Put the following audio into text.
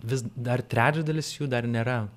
vis dar trečdalis jų dar nėra